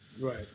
right